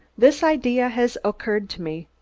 this idea has occurred to me.